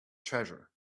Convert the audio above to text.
treasure